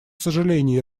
сожаление